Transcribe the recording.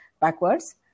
Backwards